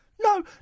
no